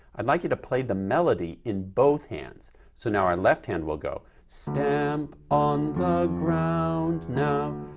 i'd like you to play the melody in both hands so now our left hand will go stamp on the ground now,